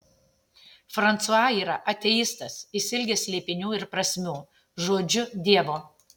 fransua yra ateistas išsiilgęs slėpinių ir prasmių žodžiu dievo